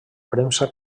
premsa